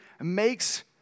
makes